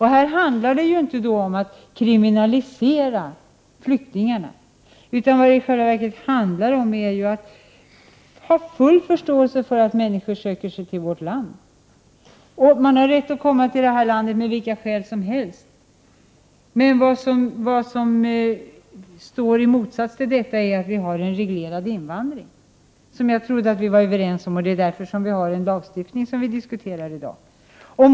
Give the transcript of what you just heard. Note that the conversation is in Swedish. Här handlar det inte om att kriminalisera flyktingarna, utan vad det handlar om är ju att ha full förståelse för att människor söker sig till vårt land. Man har rätt att komma till vårt land av vilka skäl som helst. Men vad som står i motsats till detta är att vi har en reglerad invandring, som jag trodde att vi var överens om. Det är därför vi har en lagstiftning som vi diskuterar i dag.